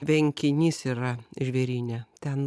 tvenkinys yra žvėryne ten